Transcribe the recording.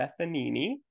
Bethanini